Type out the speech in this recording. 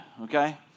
Okay